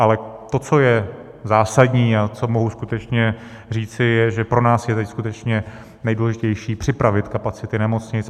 Ale to, co je zásadní a co mohu skutečně říci je, že pro nás je teď skutečně nejdůležitější připravit kapacity nemocnic.